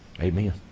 Amen